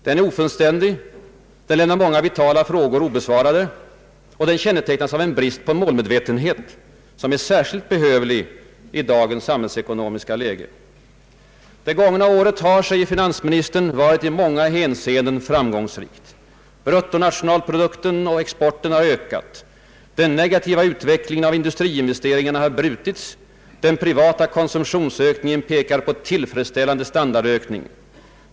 Den är ofullständig, lämnar många vitala frågor obesvarade och kännetecknas av brist på den målmedvetenhet, som är särskilt behövlig i dagens samhällsekonomiska läge. Det gångna året har, säger finansministern, varit »i många hänseenden framgångsrikt», bruttonationalprodukten och exporten har ökat, den negativa utvecklingen av industriinvesteringarna har brutits, den privata konsumtionsökningen pekar på »tillfredsställande» standardökning.